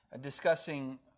discussing